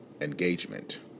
engagement